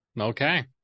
Okay